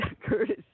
Curtis